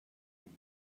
you